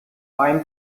find